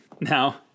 Now